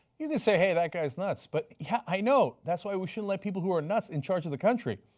you can say that guy is nuts but yeah i know, that is why we shouldn't let people who are not in charge of the country.